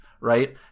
right